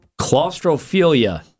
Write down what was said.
Claustrophilia